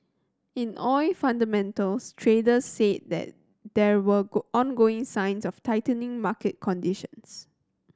in oil fundamentals traders said that there were ongoing signs of tightening market conditions